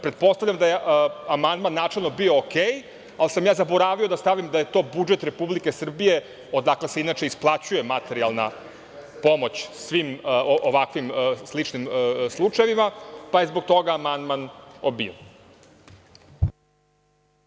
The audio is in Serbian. Pretpostavljam da je amandman načelno bio okej, ali sam ja zaboravio da stavim da je to budžet Republike Srbije, odakle se inače isplaćuje materijalna pomoć svim ovakvim sličnim slučajevima, pa je zbog toga amandman odbijen.